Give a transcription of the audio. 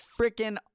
freaking